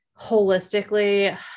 holistically